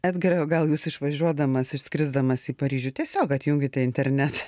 edgarai o gal jūs išvažiuodamas išskrisdamas į paryžių tiesiog atjunkite internetą